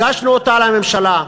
הגשנו אותה לממשלה.